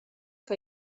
que